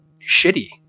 shitty